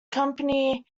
company